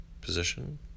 position